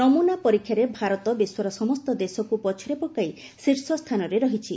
ନମ୍ରନା ପରୀକ୍ଷାରେ ଭାରତ ବିଶ୍ୱର ସମସ୍ତ ଦେଶକୃ ପଛରେ ପକାଇ ଶୀର୍ଷ ସ୍ଥାନରେ ରହିଛି